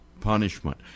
punishment